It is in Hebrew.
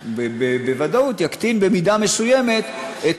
בוודאות, יקטין במידה מסוימת את